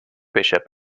bishop